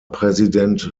präsident